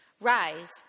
Rise